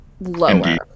lower